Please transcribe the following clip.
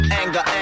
anger